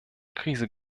krise